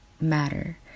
matter